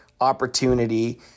opportunity